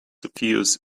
suffused